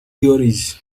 theories